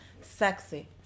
Sexy